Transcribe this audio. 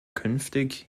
künftig